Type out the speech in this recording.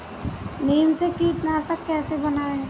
नीम से कीटनाशक कैसे बनाएं?